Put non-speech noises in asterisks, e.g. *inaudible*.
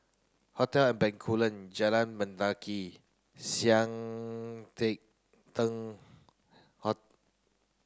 Hotel Bencoolen Jalan Mendaki Sian Teck Tng *unintelligible*